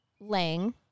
Lang